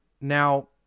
Now